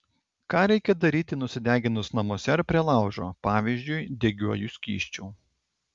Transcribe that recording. ką reikia daryti nusideginus namuose ar prie laužo pavyzdžiui degiuoju skysčiu